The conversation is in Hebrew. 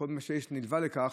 מה שנלווה לכך,